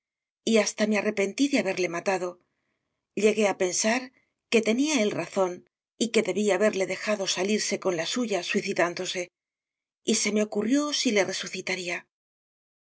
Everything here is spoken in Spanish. y hasta me arrepentí de haberle matado llegué a pensar que tenía él razón y que debí haberle dejado salirse con la suya suicidándose y se me ocurrió si le resucitaría